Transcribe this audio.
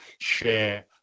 share